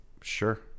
Sure